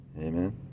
amen